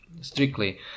strictly